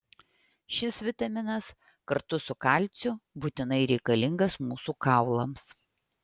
šis vitaminas kartu su kalciu būtinai reikalingas mūsų kaulams